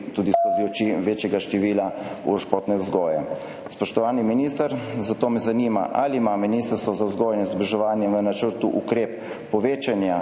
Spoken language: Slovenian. skozi oči večjega števila ur športne vzgoje. Spoštovani minister, zato me zanima: Ali ima Ministrstvo za vzgojo in izobraževanje v načrtu, da ukrep povečanja